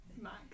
max